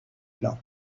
plan